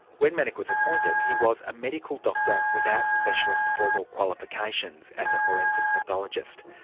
when manock was appointed, he was a medical doctor without specialist formal qualifications as a forensic pathologist.